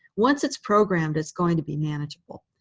once it's programmed, it's going to be manageable.